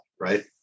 right